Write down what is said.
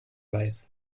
weiß